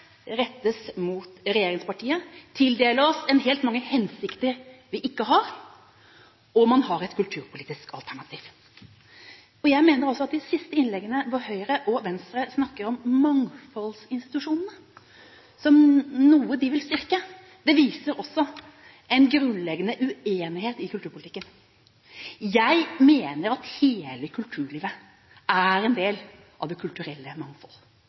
rettes mot regjeringspartiene, man skal tildele oss mange hensikter vi ikke har. Man har et kulturpolitisk alternativ. Jeg mener at de siste innleggene, hvor Høyre og Venstre snakker om mangfoldsinstitusjonene som noe de vil styrke, også viser en grunnleggende uenighet i kulturpolitikken. Jeg mener at hele kulturlivet er en del av det kulturelle mangfoldet.